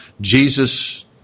Jesus